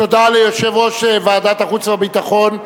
תודה ליושב-ראש ועדת החוץ והביטחון.